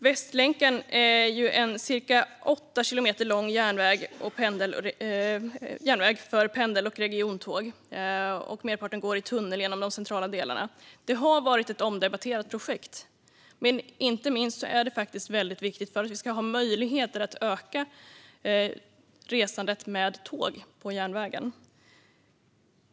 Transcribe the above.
Västlänken är en ca 8 kilometer lång järnväg för pendel och regiontåg. Merparten går i tunnel genom de centrala delarna av staden. Det har varit ett omdebatterat projekt men är väldigt viktigt för att vi ska ha möjlighet att öka resandet med tåg på järnvägen.